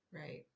Right